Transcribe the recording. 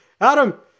Adam